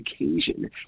occasion